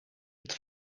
het